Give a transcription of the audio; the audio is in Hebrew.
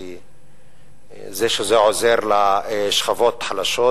וזה שזה עוזר לשכבות החלשות.